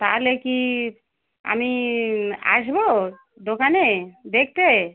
তাহলে কি আমি আসবো দোকানে দেখতে